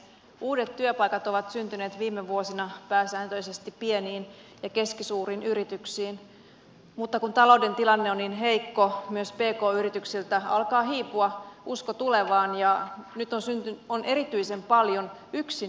uudet työpaikat ovat syntyneet viime vuosina pääsääntöisesti pieniin ja keskisuuriin yrityksiin mutta kun talouden tilanne on niin heikko myös pk yrityksiltä alkaa hiipua usko tulevaan ja nyt on erityisen paljon yksinyrittäjiä